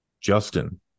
Justin